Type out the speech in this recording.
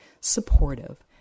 supportive